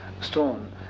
stone